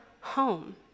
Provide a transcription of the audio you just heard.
home